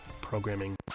programming